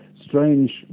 strange